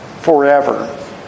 forever